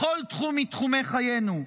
בכל תחום מתחומי חיינו,